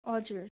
हजुर